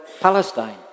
Palestine